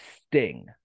sting